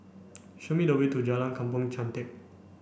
show me the way to Jalan Kampong Chantek